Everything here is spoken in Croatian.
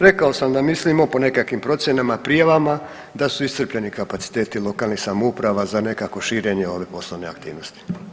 Rekao sam da mislimo po nekakvim procjenama, prijavama da su iscrpljeni kapaciteti lokalnih samouprava za nekakvo širenje ove poslovne aktivnosti.